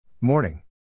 Morning